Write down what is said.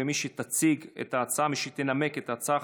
ומי שתציג ותנמק את ההצעה,